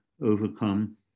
overcome